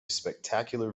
spectacular